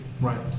Right